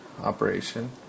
operation